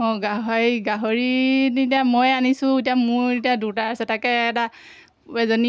অঁ গাহৰি গাহৰি এতিয়া মই আনিছোঁ এতিয়া মোৰ এতিয়া দুটা আছে তাকে এটা এজনী